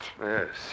Yes